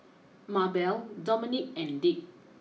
Mabelle Domonique and Dick